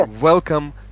welcome